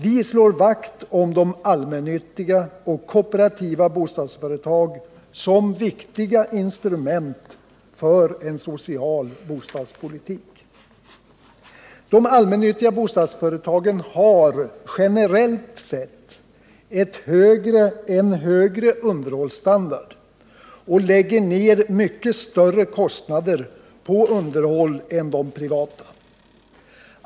Vi slår vakt om de allmännyttiga och kooperativa bostadsföretagen som ett viktigt instrument för en social bostadspolitik. De allmännyttiga bostadsföretagen har generellt sett högre underhållsstandard och lägger ned mycket mer pengar på underhåll än de privata.